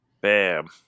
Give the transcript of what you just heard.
Bam